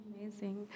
Amazing